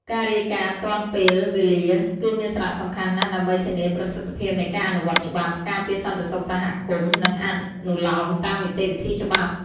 ការរាយការណ៍ទាន់ពេលវេលា គឺមានសារៈសំខាន់ណាស់ដើម្បី ធានាប្រសិទ្ធភាពនៃការអនុវត្តច្បាប់ ការពារសន្តិសុខសហគមន៍ និងអនុលោមតាមនីតិវិធីច្បាប់។